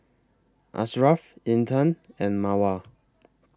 Ashraf Intan and Mawar